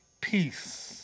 peace